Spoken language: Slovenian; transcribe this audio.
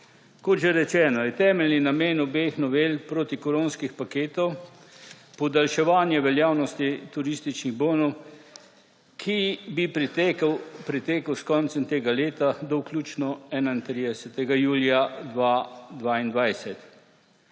Kot že rečeno, je temeljni namen obeh novel protikoronskih paketov podaljševanje veljavnosti turističnih bonov, ki bi potekel s koncem tega leta do vključno 31. julija 2022.